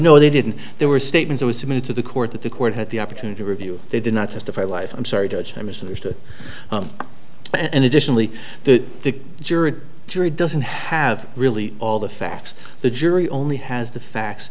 no they didn't there were statements i was submitted to the court that the court had the opportunity to review they did not testify life i'm sorry judge i misunderstood and additionally that the juror jury doesn't have really all the facts the jury only has the facts